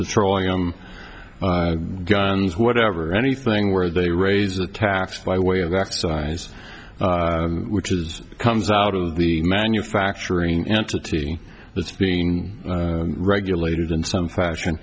patrolling um guns whatever anything where they raise the taxes by way of the exercise which is comes out of the manufacturing entity that's being regulated in some fashion